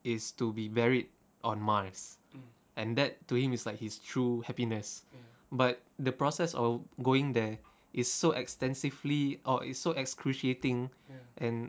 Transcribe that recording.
is to be buried on mars and that to him is like his true happiness but the process of going there is so extensively or it's so excruciating and